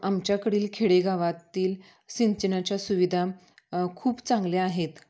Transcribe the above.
आमच्याकडील खेडेगावातील सिंचनाच्या सुविधा खूप चांगल्या आहेत